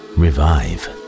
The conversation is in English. revive